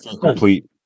complete